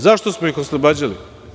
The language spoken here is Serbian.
Zašto smo ih oslobađali?